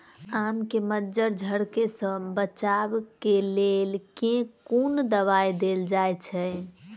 आम केँ मंजर झरके सऽ बचाब केँ लेल केँ कुन दवाई देल जाएँ छैय?